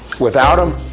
without them,